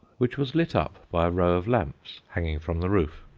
which was lit up by a row of lamps hanging from the roof.